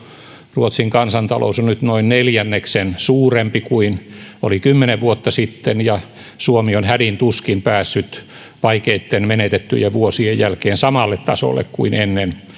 ruotsin kansantalous on nyt noin neljänneksen suurempi kuin oli kymmenen vuotta sitten ja suomi on hädin tuskin päässyt vaikeitten menetettyjen vuosien jälkeen samalle tasolle kuin ennen